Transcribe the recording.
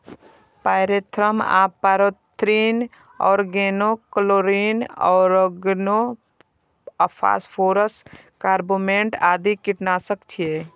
pyrethrum आ pyrethrin, organochlorine, organophosphorus, carbamate आदि कीटनाशक छियै